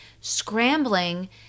scrambling